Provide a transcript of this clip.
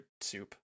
soup